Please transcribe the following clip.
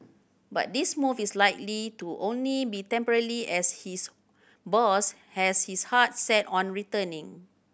but this move is likely to only be temporary as his boss has his heart set on returning